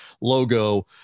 logo